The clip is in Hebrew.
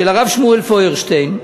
של הרב שמואל פיירשטיין,